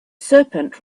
serpent